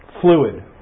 Fluid